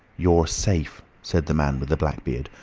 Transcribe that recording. you're safe, said the man with the black beard.